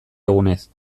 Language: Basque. egunez